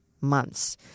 months